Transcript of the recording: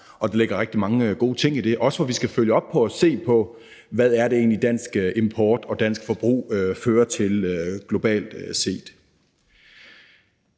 og der ligger rigtig mange gode ting i det, også hvor vi skal følge op på og se på, hvad det egentlig er, dansk import og dansk forbrug fører til globalt set.